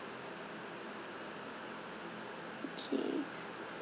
okay